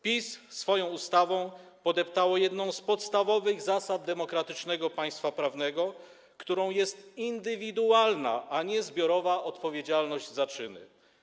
PiS swoją ustawą podeptało jedną z podstawowych zasad demokratycznego państwa prawnego, którą jest indywidualna, a nie zbiorowa, odpowiedzialność za czyny.